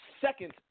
second